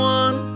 one